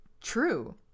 true